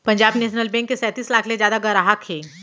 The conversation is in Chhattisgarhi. पंजाब नेसनल बेंक के सैतीस लाख ले जादा गराहक हे